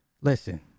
listen